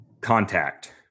Contact